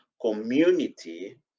community